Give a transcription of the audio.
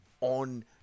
on